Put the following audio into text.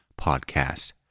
podcast